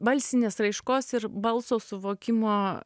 balsinės raiškos ir balso suvokimo